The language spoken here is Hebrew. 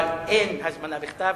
אבל אין הזמנה בכתב,